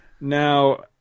Now